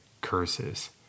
curses